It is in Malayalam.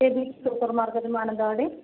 എബീസ് സൂപ്പർ മാർക്കറ്റ് മാനന്തവാടി